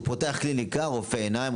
הוא פותח קליניקה רופא עיניים,